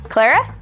Clara